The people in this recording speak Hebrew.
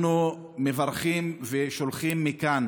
אנחנו מברכים, שולחים מכאן